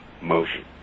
motion